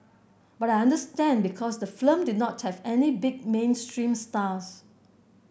but I understand because the film did not have any big mainstream stars